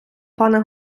пане